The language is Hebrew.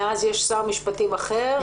מאז יש שר משפטים אחר.